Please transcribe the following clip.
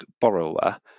borrower